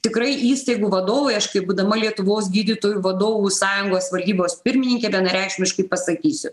tikrai įstaigų vadovai aš kaip būdama lietuvos gydytojų vadovų sąjungos valdybos pirmininkė vienareikšmiškai pasakysiu